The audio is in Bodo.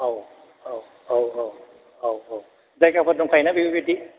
औ औ औ औ औ औ औ जायगाफोर दंखायोना बेफोरबादि